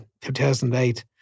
2008